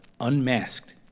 Unmasked